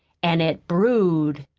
an' it brewed.